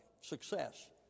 success